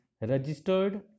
registered